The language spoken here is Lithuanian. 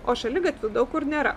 o šaligatvių daug kur nėra